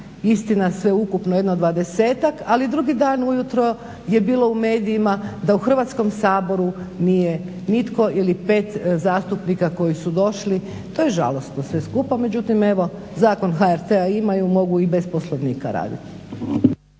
istina sve ukupno nas dvadesetak ali drugi dan ujutro je bilo u medijima da u Hrvatskom saboru nije nitko ili pet zastupnika koji su došli. To je žalosno sve skupa, međutim evo Zakon o HRT-u imaju mogu i bez Poslovnika raditi.